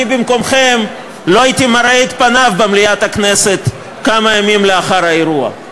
אני במקומכם לא הייתי מראה את פני במליאת הכנסת כמה ימים לאחר האירוע.